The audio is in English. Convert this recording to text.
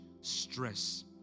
stress